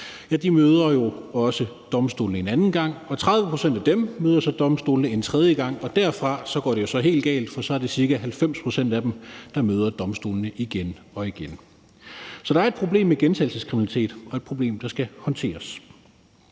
møder domstolene en anden gang, og 30 pct. af dem møder så domstolene en tredje gang. Derfra går det jo så helt galt, for så er det ca. 90 pct. af dem, der møder domstolene igen og igen. Så der er et problem med gentagelseskriminalitet, og det er et problem, der skal håndteres.